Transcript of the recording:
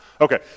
Okay